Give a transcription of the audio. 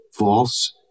false